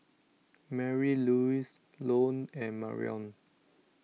Marylouise Lone and Marion